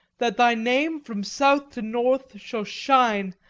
that thy name from south to north shall shine,